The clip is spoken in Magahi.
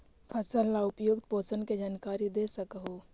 फसल ला उपयुक्त पोषण के जानकारी दे सक हु?